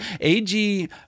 ag